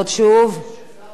אני מבקש שזהבה גלאון תעלה.